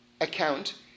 account